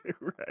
right